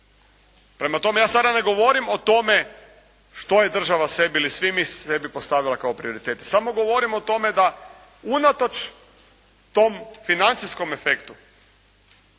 Prema tome, ja sada ne govorim o tome što je država sebi ili svi mi sebi postavila kao prioritet, samo govorim o tome da unatoč tom financijskom efektu